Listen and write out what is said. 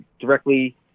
directly